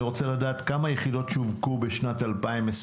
אני רוצה לדעת כמה יחידות שווקו בשנת 2022